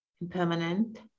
impermanent